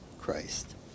Christ